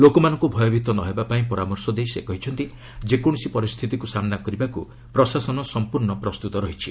ଲୋକମାନଙ୍କୁ ଭୟଭୀତ ନହେବା ପାଇଁ ପରାମର୍ଶ ଦେଇ ସେ କହିଛନ୍ତି ଯେକୌଣସି ପରିସ୍ଥିତିକୁ ସାମ୍ନା କରିବାକୁ ପ୍ରଶାସନ ସମ୍ପର୍ଷ୍ଣ ପ୍ରସ୍ତୁତ ରହିଛି